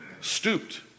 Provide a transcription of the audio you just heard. stooped